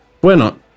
Bueno